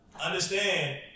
understand